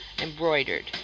embroidered